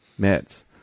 meds